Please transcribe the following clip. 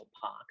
Park